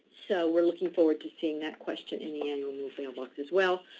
so we're looking forward to seeing that question in the annual move mailbox as well.